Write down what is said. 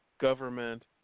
government